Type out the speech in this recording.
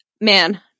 man